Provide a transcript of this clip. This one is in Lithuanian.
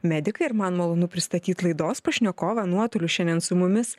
medikai ir man malonu pristatyt laidos pašnekovą nuotoliu šiandien su mumis